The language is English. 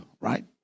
right